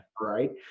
right